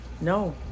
no